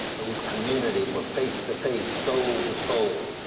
those communities were face to face, soul to soul.